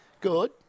Good